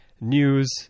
News